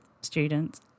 students